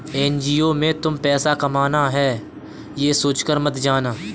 NGO में तुम पैसा कमाना है, ये सोचकर मत जाना